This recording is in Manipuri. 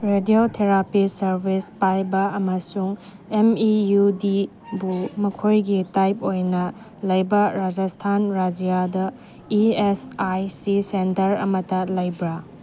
ꯔꯦꯗꯤꯑꯣ ꯊꯦꯔꯥꯄꯤ ꯁꯥꯔꯕꯤꯁ ꯄꯥꯏꯕ ꯑꯃꯁꯨꯡ ꯑꯦꯝ ꯏ ꯌꯨ ꯗꯤꯕꯨ ꯃꯈꯣꯏꯒꯤ ꯇꯥꯏꯞ ꯑꯣꯏꯅ ꯂꯩꯕ ꯔꯥꯖꯁꯊꯥꯟ ꯔꯥꯏꯖ꯭ꯌꯥꯗ E S I C centre ꯑꯃꯇ ꯂꯩꯕ꯭ꯔꯥ